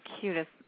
cutest